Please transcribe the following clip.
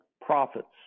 profits